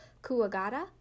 kuagata